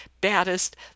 baddest